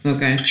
Okay